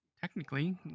Technically